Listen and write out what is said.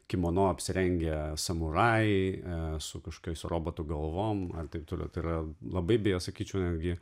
kimono apsirengę samurajai su kažkokiais robotų galvom ar taip toliau tai yra labai beje sakyčiau netgi